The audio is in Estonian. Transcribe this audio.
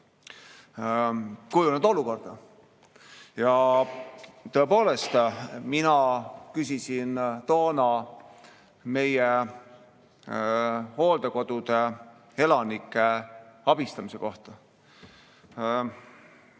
kujunenud olukorda. Tõepoolest, mina küsisin toona meie hooldekodude elanike abistamise kohta.